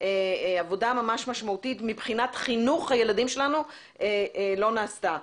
עבודה ממש משמעותית מבחינת חינוך הילדים שלנו לא נעשתה.